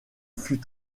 fut